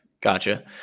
Gotcha